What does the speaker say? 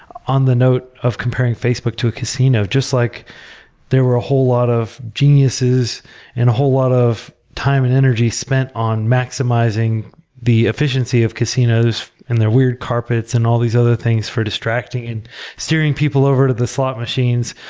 on the note of comparing facebook the casino just like there were a whole lot of geniuses and a whole lot of time and energy spent on maximizing the efficiency of casinos and their weird carpets and all these other things for distracting and steering people over the slot machines,